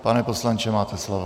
Pane poslanče, máte slovo.